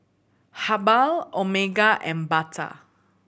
Habhal Omega and Bata